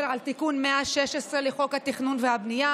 על תיקון 116 לחוק התכנון והבנייה,